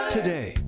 Today